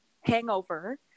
hangover